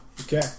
okay